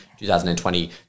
2020